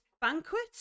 banquet